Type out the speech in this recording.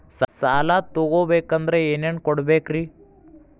ಸಾಲ ತೊಗೋಬೇಕಂದ್ರ ಏನೇನ್ ಕೊಡಬೇಕ್ರಿ?